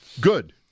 good